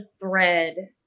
thread